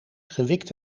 gewikt